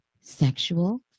sexual